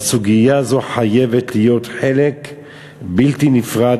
והסוגיה הזו חייבת להיות חלק בלתי נפרד